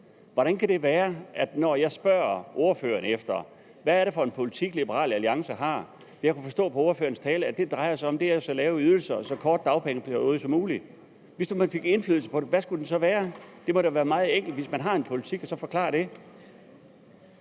Hvordan kan det være, at det er sådan, når jeg spørger ordføreren om, hvad det er for en politik Liberal Alliance har? Jeg kunne forstå på ordførerens tale, at det, det drejer sig om, er så lave ydelser og så kort dagpengeperiode som muligt. Hvis nu man fik indflydelse på det, hvad skulle det så være? Det må da være meget enkelt at forklare det,